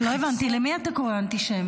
לא הבנתי, למי אתה קורא אנטישמים?